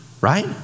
right